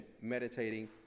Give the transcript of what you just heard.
meditating